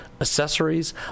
accessories